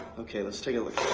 okay, let's take